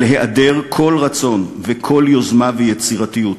על היעדר כל רצון וכל יוזמה ויצירתיות